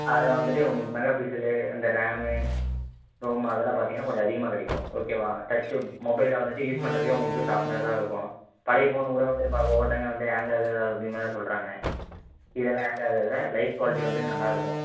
அதில் வந்துட்டு உங்களுக்கு மெகா பிக்சலு இந்த ரேமு ரோமு அதெல்லாம் பார்த்தீங்கன்னா கொஞ்சம் அதிகமாக கிடைக்கும் ஓகேவா டச்சு மொபைலை வந்துட்டு யூஸ் பண்ணுறதுக்கே உங்களுக்கு சாஃட்னஸாகயிருக்கும் பழைய ஃபோன் கூட வந்து ஒருத்தங்க வந்து ஹேங்காகுது அப்படிங்கற மாதிரி சொல்கிறாங்க இதில் ஹேங் ஆகாது லைஃப் குவால்ட்டி வந்துட்டு நல்லாயிருக்கும்